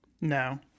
No